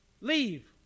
leave